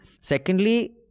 secondly